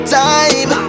time